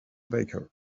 baker